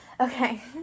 okay